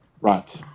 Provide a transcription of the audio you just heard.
Right